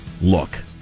look